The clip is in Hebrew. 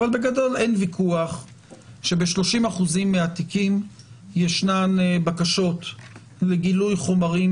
אבל בגדול אין ויכוח שב-30% מהתיקים ישנן בקשות לגילוי חומרים,